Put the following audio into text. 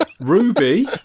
Ruby